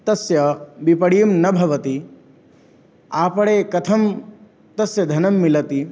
तस्य विपणिः न भवति आपणे कथं तस्य धनं मिलति